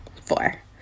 Four